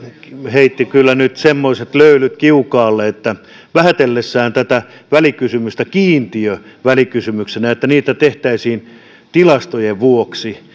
heitti kyllä nyt semmoiset löylyt kiukaalle vähätellessään tätä välikysymystä kiintiövälikysymyksenä että niitä tehtäisiin tilastojen vuoksi